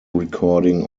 recording